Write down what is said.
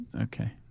okay